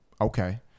Okay